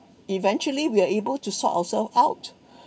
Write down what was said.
eventually we are able to sort ourselves out